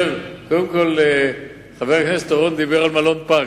קודם כול, חבר הכנסת אורון דיבר על מלון "פארק".